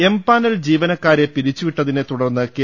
M panel ജീവനക്കാരെ പിരിച്ചുവിട്ടതിനെത്തുടർന്ന് K